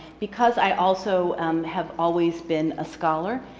because i also have always been a scholar,